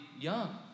young